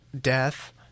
death